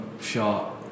shot